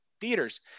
theaters